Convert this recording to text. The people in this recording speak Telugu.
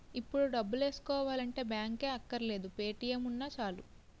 ఇప్పుడు డబ్బులేసుకోవాలంటే బాంకే అక్కర్లేదు పే.టి.ఎం ఉన్నా చాలు